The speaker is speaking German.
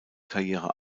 karriere